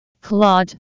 claude